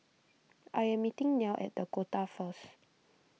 I am meeting Nelle at the Dakota first